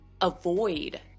avoid